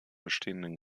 bestehenden